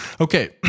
Okay